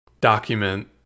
document